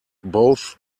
both